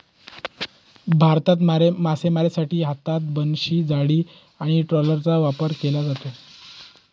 भारतात मासेमारीसाठी हात, बनशी, जाळी आणि ट्रॉलरचा वापर केला जातो